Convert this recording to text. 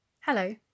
Hello